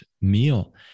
meal